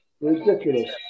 Ridiculous